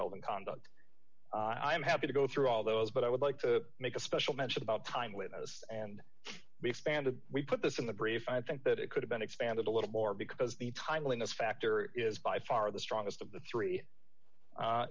relevant conduct i am happy to go through all those but i would like to make a special mention about time with us and we expanded we put this in the brief i think that it could have been expanded a little more because the timeliness factor is by far the strongest of the three